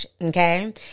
Okay